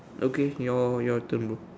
okay your your turn bro